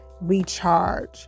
recharge